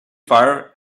fire